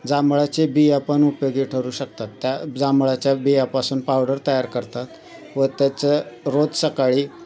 जांभळाचे बिया पण उपयोगी ठरू शकतात त्या जांभळाच्या बियांपासून पावडर तयार करतात व त्याचं रोज सकाळी